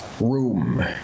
Room